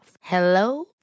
Hello